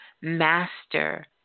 master